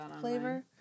flavor